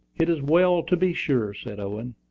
it is well to be sure, said owen,